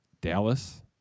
Dallas